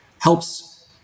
helps